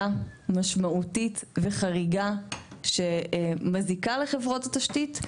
משמעותית וחריגה שמזיקה לחברות התשתית,